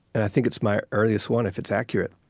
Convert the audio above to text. and i think it's my earliest one if it's accurate,